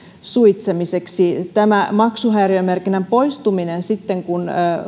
suitsimiseksi tämä maksuhäiriömerkinnän poistuminen sitten kun